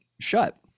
shut